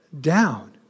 down